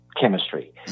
chemistry